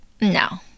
No